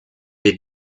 des